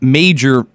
major